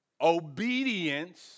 Obedience